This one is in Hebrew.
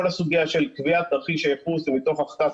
כל הסוגיה של קביעת תרחיש הייחוס היא מתוך החלטת